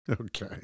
Okay